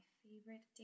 favorite